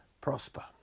prosper